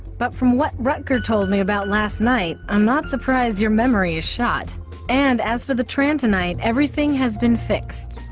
but from what rutger told me about last night i'm not surprised your memory is shot and as for the tran tonight. everything has been fixed.